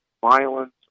violence